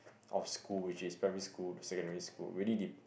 of school which is primary school to secondary school really depe~